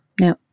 No